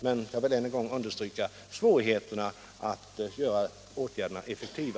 Men jag vill ännu en gång understryka svårigheterna att göra åtgärderna effektiva.